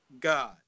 God